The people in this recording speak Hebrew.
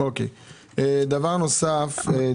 דבר נוסף,